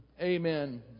Amen